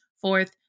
Fourth